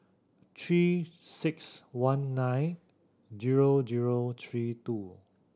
Three Six One nine zero zero three two